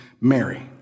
Mary